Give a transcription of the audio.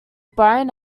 bryan